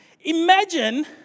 Imagine